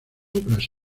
obras